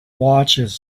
watches